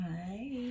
Hi